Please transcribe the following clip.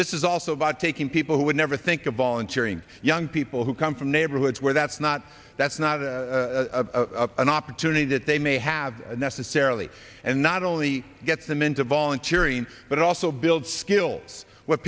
this is also about taking people who would never think of volunteering young people who come from neighborhoods where that's not that's not a an opportunity that they may have necessarily and not only get them into volunteering but also build skills wh